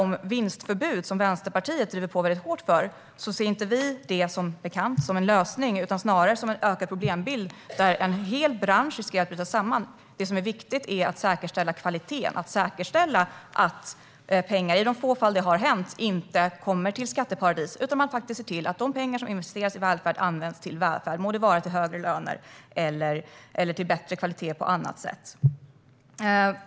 Vänsterpartiet driver på hårt för vinstförbud. Vi ser inte det som en lösning, som bekant, utan snarare som en ökad problembild där en hel bransch riskerar att bryta samman. Det som är viktigt är att säkerställa kvaliteten, att säkerställa att pengar, i de få fall det har hänt, inte går till skatteparadis. De pengar som investeras i välfärd ska användas till välfärd - må det vara till högre löner eller till bättre kvalitet på annat sätt.